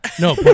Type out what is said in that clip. No